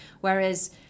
Whereas